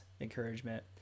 encouragement